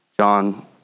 John